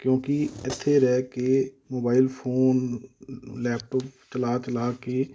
ਕਿਉਂਕਿ ਇੱਥੇ ਰਹਿ ਕੇ ਮੋਬਾਈਲ ਫੋਨ ਲੈਪਟੋਪ ਚਲਾ ਚਲਾ ਕੇ